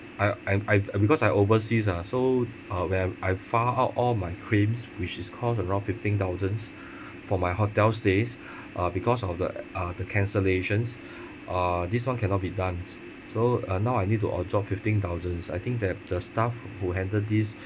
I I I because I overseas ah so uh when I I found out all my claims which is cost around fifteen thousands for my hotel stays uh because of the uh the cancellations uh this [one] cannot be done so uh now I need to absorb fifteen thousands I think that the staff who handle this